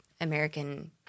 American